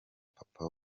papa